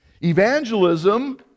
Evangelism